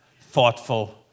thoughtful